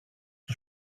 του